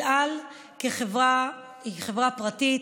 אל על כחברה היא חברה פרטית.